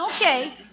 Okay